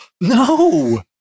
no